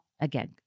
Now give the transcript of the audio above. again